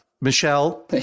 Michelle